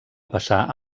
passar